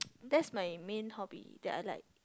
that's my main hobby that I like